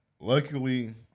Luckily